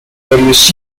various